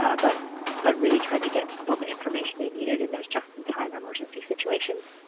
ah but but really try to get people the information they needed and those just in time emergency situations.